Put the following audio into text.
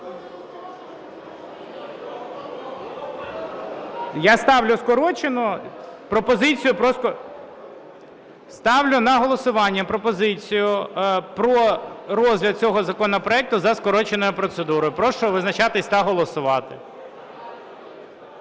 Ставлю на голосування пропозицію про розгляд цього законопроекту за скороченою процедурою. Прошу визначатись та голосувати.